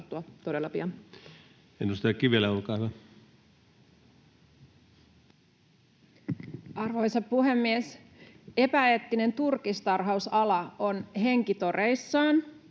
Arvoisa puhemies! Epäeettinen turkistarhausala on henkitoreissaan.